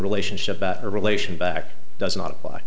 relationship that a relation back does not apply